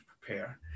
prepare